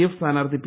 F സ്ഥാനാർത്ഥി P